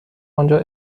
آنجا